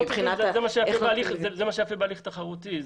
זה מה שיפה בהליך תחרותי.